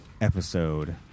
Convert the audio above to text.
episode